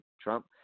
Trump